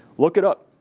look it up.